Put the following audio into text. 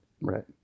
Right